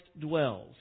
dwells